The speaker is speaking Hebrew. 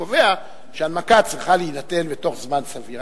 קובע שהנמקה צריכה להינתן בתוך זמן סביר.